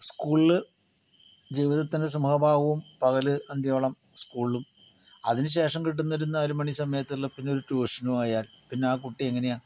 സ്കൂളില് ജീവിതത്തിൻ്റെ സമഭാഗവും പകല് അന്തിയോളം സ്കൂളിലും അതിന് ശേഷം കിട്ടുന്ന ഒരു നാല് മണി സമയത്തുള്ള പിന്നൊരു ട്യൂഷനും ആയാൽ പിന്നെ ആ കുട്ടി എങ്ങനെയാ